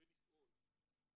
ולפעול.